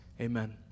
Amen